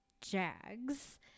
Jags